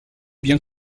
biens